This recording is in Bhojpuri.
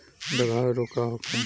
डकहा रोग का होखे?